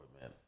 man